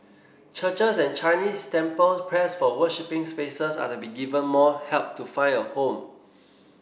churches and Chinese temples pressed for worshipping spaces are to be given more help to find a home